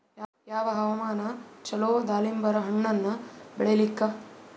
ಯಾವ ಹವಾಮಾನ ಚಲೋ ದಾಲಿಂಬರ ಹಣ್ಣನ್ನ ಬೆಳಿಲಿಕ?